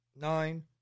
nine